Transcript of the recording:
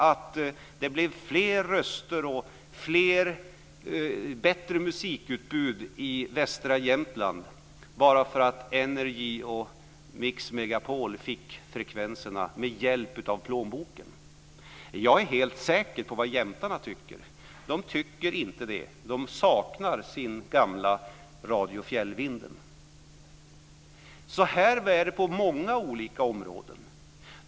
Blev det fler röster och bättre musikutbud i västra Jämtland bara för att NRJ och Mix Megapol fick frekvenserna med hjälp av plånboken? Jag är helt säker på vad jämtarna tycker. De tycker inte det - de saknar sin gamla Radio Fjällvinden. Så här är det på många olika områden.